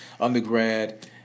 undergrad